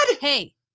Hey